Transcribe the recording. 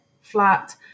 flat